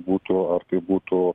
būtų ar tai būtų